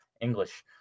English